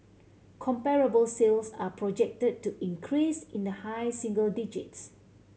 comparable sales are projected to increase in the high single digits